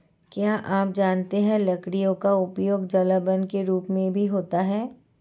क्या आप जानते है लकड़ी का उपयोग जलावन के रूप में भी होता है?